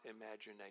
imagination